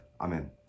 Amen